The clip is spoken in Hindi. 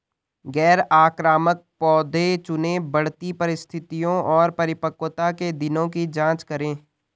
गैर आक्रामक पौधे चुनें, बढ़ती परिस्थितियों और परिपक्वता के दिनों की जाँच करें